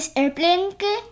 airplane